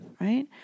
right